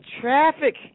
traffic